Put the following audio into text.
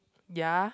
ya